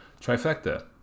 Trifecta